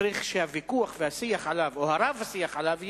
צריך שהוויכוח והשיח עליו או הרב-שיח עליו,